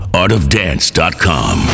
artofdance.com